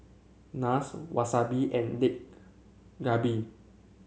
Naan Wasabi and Dak Galbi